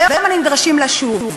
והיום הם נדרשים לה שוב.